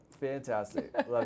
Fantastic